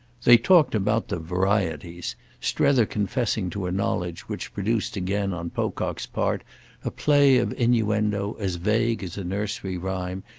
they talked about the varieties strether confessing to a knowledge which produced again on pocock's part a play of innuendo as vague as a nursery-rhyme,